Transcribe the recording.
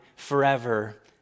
forever